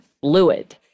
fluid